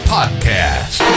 Podcast